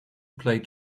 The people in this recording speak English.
plaid